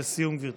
לסיום, גברתי.